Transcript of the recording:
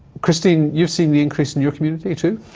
christine, you've seen the increase in your community too?